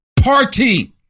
party